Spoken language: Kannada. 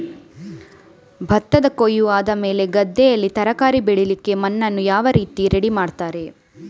ಭತ್ತದ ಕೊಯ್ಲು ಆದಮೇಲೆ ಗದ್ದೆಯಲ್ಲಿ ತರಕಾರಿ ಬೆಳಿಲಿಕ್ಕೆ ಮಣ್ಣನ್ನು ಯಾವ ತರ ರೆಡಿ ಮಾಡ್ತಾರೆ?